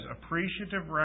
Appreciative